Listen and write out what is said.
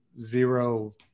zero